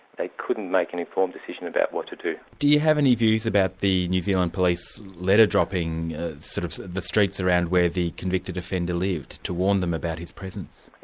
they couldn't make an informed decision about what to do. do you have any views about the new zealand police letter dropping sort of the streets around where the convicted offender lived, to warn them about his presence?